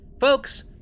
Folks